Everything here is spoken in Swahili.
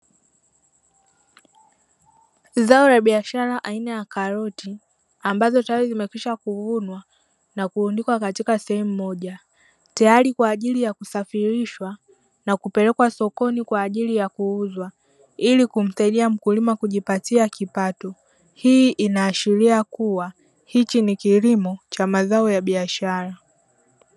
Zao la biashara aina ya karoti ambazo tayari zimekwisha kuvunwa na kurundikwa katika sehemu moja, tayari kwa ajili ya kusafirishwa na kupelekwa sokoni kwa ajili ya kuuzwa ili kumsaidia mkulima kujipatia kipato, hii inaashiria kuwa hiki ni kilimo cha mazao ya biashara.